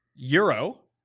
Euro